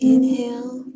Inhale